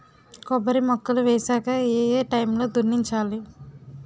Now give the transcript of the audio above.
కొబ్బరి మొక్కలు వేసాక ఏ ఏ టైమ్ లో దున్నించాలి?